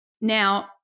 Now